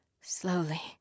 Slowly